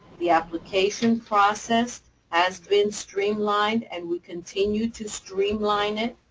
the application process has been streamlined and we continue to streamline it.